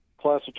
class